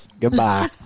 Goodbye